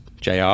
JR